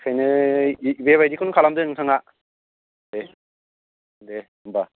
ओंखायनो बेबायदिखौनो खालामदो नोंथाङा दे दे होमबा